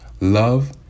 love